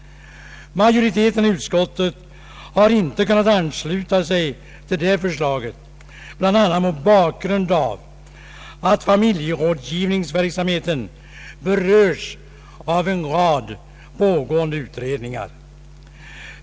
Majoriteten i utskottet har inte kunnat ansluta sig till detta förslag, bl.a. mot bakgrund av att familjerådgivningsverksamheten berörs av en rad pågående utredningar.